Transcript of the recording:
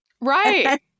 Right